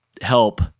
help